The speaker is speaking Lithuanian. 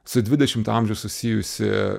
su dvidešimtu amžiaus susijusį